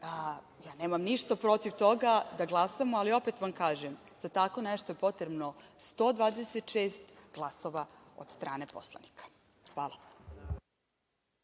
ja nemam ništa protiv toga da glasamo. Opet vam kažem, za tako nešto je potrebno 126 glasova od strane poslanika. Hvala.